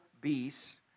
beasts